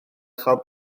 chael